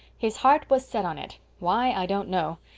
his heart was set on it why, i don't know.